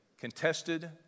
contested